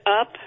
up